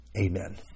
Amen